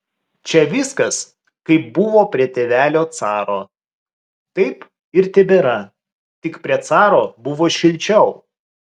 čia viskas kaip buvo prie tėvelio caro taip ir tebėra tik prie caro buvo šilčiau